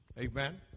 Amen